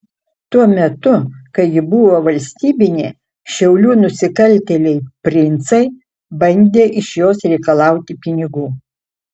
tuo metu kai ji buvo valstybinė šiaulių nusikaltėliai princai bandė iš jos reikalauti pinigų